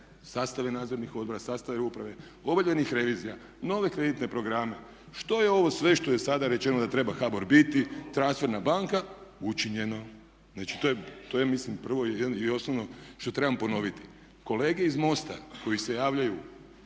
sastave nadzornih odbora, sastave uprave, obavljenih revizija, nove kreditne programe. Što je ovo sve što je sada rečeno da treba HBOR biti, transferna banka, učinjeno. Znači to je ja mislim prvo i osnovno što trebam ponoviti. Kolege iz MOST-a koji se javljaju